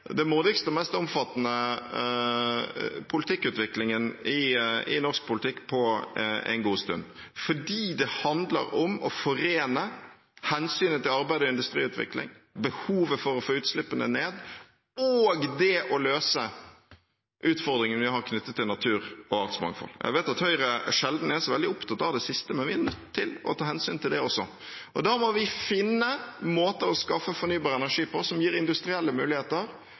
det modigste og den mest omfattende politikkutviklingen i norsk politikk på en god stund, fordi det handler om å forene hensynet til arbeid og industriutvikling, behovet for å få utslippene ned og det å løse utfordringene vi har knyttet til natur og artsmangfold. Jeg vet at Høyre sjelden er så veldig opptatt av det siste, men vi er nødt til å ta hensyn til det også. Da må vi finne måter å skaffe fornybar energi på som gir industrielle muligheter,